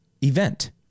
event